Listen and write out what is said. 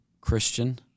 Christian